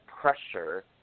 pressure